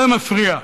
זה מפריע,